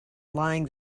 lying